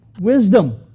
wisdom